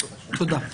תודה.